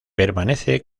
permanece